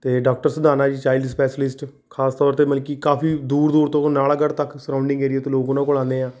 ਅਤੇ doctor Sudharna ji child specialist ਖਾਸ ਤੌਰ 'ਤੇ ਮਤਲਬ ਕਿ ਕਾਫੀ ਦੂਰ ਦੂਰ ਤੋਂ ਨਾਲਾਗੜ੍ਹ ਤੱਕ ਸੁਰਾਊਡਿੰਗ ਏਰੀਏ ਤੋਂ ਲੋਕ ਉਹਨਾਂ ਕੋਲ ਆਉਂਦੇ ਆ